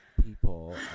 people